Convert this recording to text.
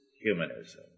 humanism